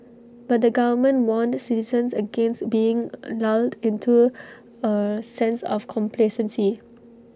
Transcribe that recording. but the government warned citizens against being lulled into A sense of complacency